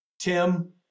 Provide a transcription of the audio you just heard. Tim